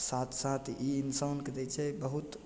साथ साथ ई इन्सानके दै छै बहुत